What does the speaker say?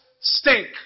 stink